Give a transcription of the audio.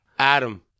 Adam